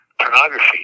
pornography